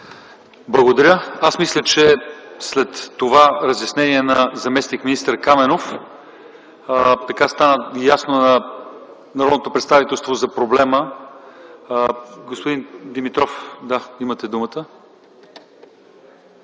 ИВАНОВ: Мисля, че след това разяснение на заместник-министър Каменов стана ясно на народното представителство за проблема. Господин Димитров, имате думата.